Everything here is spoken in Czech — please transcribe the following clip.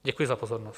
Děkuji za pozornost.